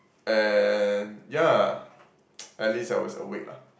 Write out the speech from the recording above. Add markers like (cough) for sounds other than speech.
and yeah (noise) at least I was awake lah